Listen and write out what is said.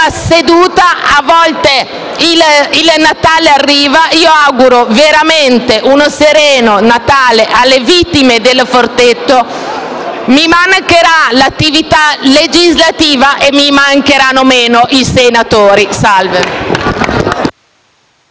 seduta, a volte il Natale arriva ed io auguro veramente un sereno Natale alle vittime del Forteto. Mi mancherà l'attività legislativa e mi mancheranno meno i senatori.